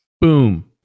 Boom